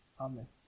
Amen